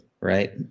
right